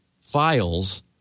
files